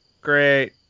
great